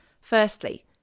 Firstly